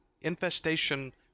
Infestation